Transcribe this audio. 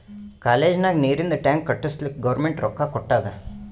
college ನಾಗ್ ನೀರಿಂದ್ tank ಕಟ್ಟುಸ್ಲಕ್ ಗೌರ್ಮೆಂಟ್ ರೊಕ್ಕಾ ಕೊಟ್ಟಾದ್